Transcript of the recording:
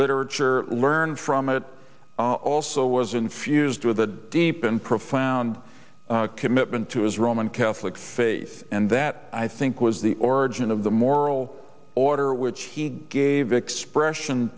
literature learned from it also was infused with a deep and profound commitment to his roman catholic faith and that i think was the origin of the moral order which he gave expression